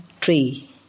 tree